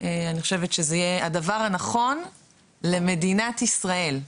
אני חושבת שזה יהיה הדבר הנכון למדינת ישראל,